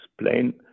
explain